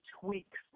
tweaks